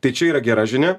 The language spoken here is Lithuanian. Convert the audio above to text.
tai čia yra gera žinia